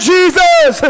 Jesus